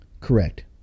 Correct